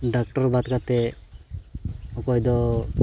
doctor ᱵᱟᱫᱽ ᱠᱟᱛᱮᱫ ᱚᱠᱚᱭ ᱫᱚ